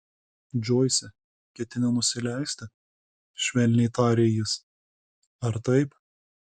džoise ketini nusileisti švelniai tarė jis ar taip